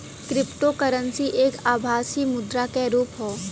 cryptocurrency एक आभासी मुद्रा क रुप हौ